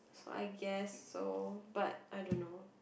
so I guess so but I don't know